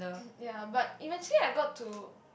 ya but eventually I got to